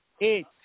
eight